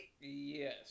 Yes